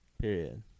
period